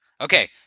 Okay